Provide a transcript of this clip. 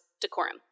decorum